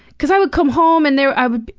cause i would come home and there i would